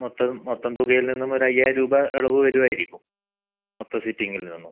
മൊത്തം മൊത്തം തുകയിൽ നിന്നും ഒരയ്യായിരം രൂപ ഇളവ് വരുമായിരിക്കും മൊത്തം സിറ്റിങ്ങിൽ നിന്നും